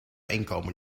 inkomen